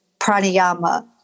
pranayama